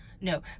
no